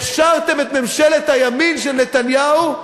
הכשרתם את ממשלת הימין של נתניהו,